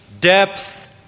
depth